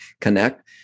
connect